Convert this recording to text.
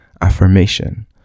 affirmation